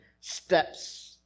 steps